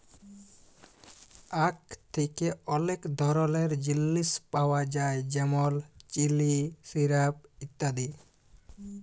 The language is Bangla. আখ থ্যাকে অলেক ধরলের জিলিস পাওয়া যায় যেমল চিলি, সিরাপ ইত্যাদি